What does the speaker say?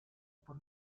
por